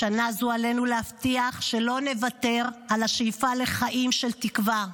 בשנה זו עלינו להבטיח שלא נוותר על השאיפה לחיים של תקווה,